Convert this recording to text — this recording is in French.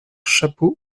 chapeaux